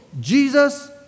Jesus